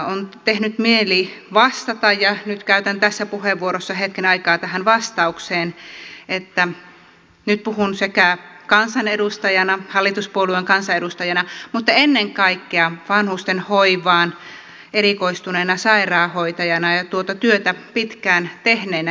on tehnyt mieli vastata ja nyt käytän tässä puheenvuorossa hetken aikaa tähän vastaukseen niin että nyt puhun sekä hallituspuolueen kansanedustajana että ennen kaikkea vanhusten hoivaan erikoistuneena sairaanhoitajana ja tuota työtä pitkään tehneenä ihmisenä